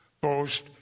boast